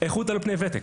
איכות על פני ותק.